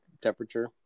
temperature